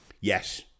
Yes